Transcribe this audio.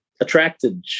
Attracted